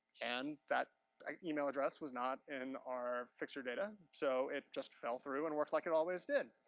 and that email address was not in our fixer data, so it just fell through and worked like it always did.